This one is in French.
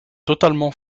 totalement